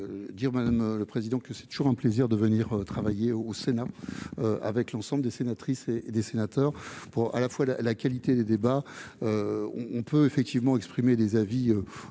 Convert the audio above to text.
dire : Madame le président, que c'est toujours un plaisir de venir travailler au Sénat avec l'ensemble des sénatrices et les sénateurs pour à la fois la la qualité des débats, on peut effectivement exprimer des avis